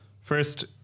First